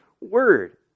word